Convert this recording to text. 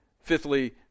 fifthly